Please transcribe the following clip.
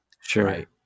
Sure